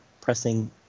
pressing